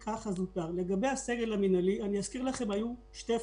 לגבי הסגל המינהלי היו שתי פאזות.